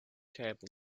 table